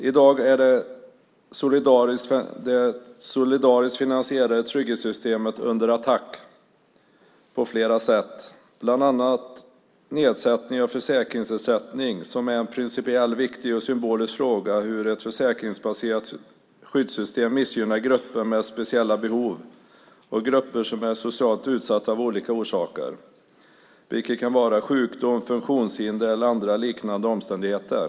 I dag är det solidariskt finansierade trygghetssystemet under attack på flera sätt, bland annat nedsättning av försäkringsersättning som är en principiell, viktig och symbolisk fråga när det gäller hur ett försäkringsbaserat skyddssystem missgynnar grupper med speciella behov och grupper som är socialt utsatta av olika orsaker. Det kan vara sjukdom, funktionshinder eller andra liknande omständigheter.